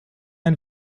ein